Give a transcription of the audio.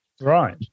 Right